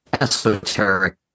esoteric